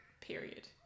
period